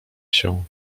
się